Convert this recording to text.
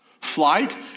Flight